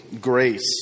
grace